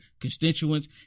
constituents